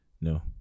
no